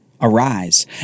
Arise